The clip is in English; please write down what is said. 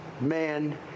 man